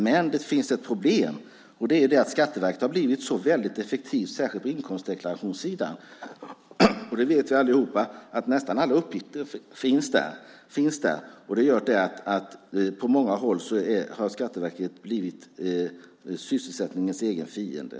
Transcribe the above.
Men det finns ett problem, och det är att Skatteverket har blivit så väldigt effektivt särskilt på inkomstdeklarationssidan. Vi vet allihop att nästan alla uppgifter finns där, och det gör att Skatteverket på många håll har blivit sysselsättningens egen fiende.